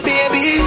Baby